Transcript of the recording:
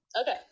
Okay